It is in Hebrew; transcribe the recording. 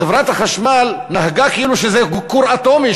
חברת החשמל נהגה כאילו זה כור אטומי,